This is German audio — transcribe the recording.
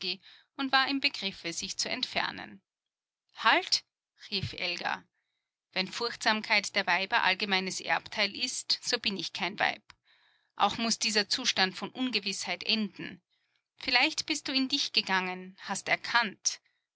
und war im begriffe sich zu entfernen halt rief elga wenn furchtsamkeit der weiber allgemeines erbteil ist so bin ich kein weib auch muß dieser zustand von ungewißheit enden vielleicht bist du in dich gegangen hast erkannt